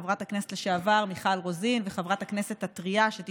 חברת הכנסת לשעבר מיכל רוזין וחברת הכנסת הטרייה גבי לסקי,